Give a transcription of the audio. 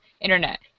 internet